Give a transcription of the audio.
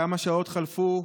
כמה שעות חלפו,